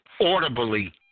audibly